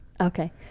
Okay